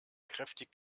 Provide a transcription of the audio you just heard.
kräftig